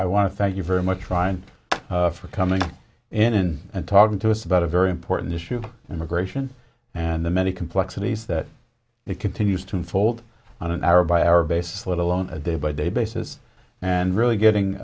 i want to thank you very much trying for coming in and talking to us about a very important issue immigration and the many complexities that it continues to unfold on an hour by hour basis little on a day by day basis and really getting